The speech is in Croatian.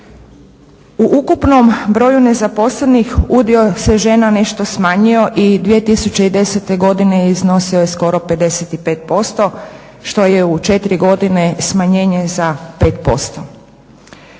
U ukupnom broju nezaposlenih udio se žena nešto smanjio i 2010. godine iznosio je skoro 55% što je u 4 godine smanjenje za 5%.